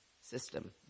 system